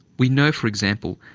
we know, for example,